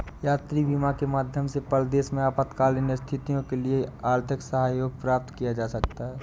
यात्री बीमा के माध्यम से परदेस में आपातकालीन स्थितियों के लिए आर्थिक सहयोग प्राप्त किया जा सकता है